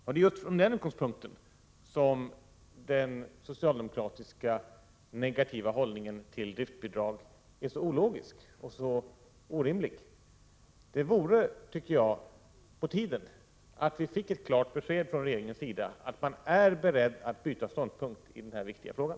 Det är från den utgångspunkten som socialdemokraternas negativa hållning till driftbidrag är så ologisk och så orimlig. Det vore, tycker jag, på tiden att vi fick ett klart besked från regeringens sida om att man är beredd att byta ståndpunkt i den här viktiga frågan.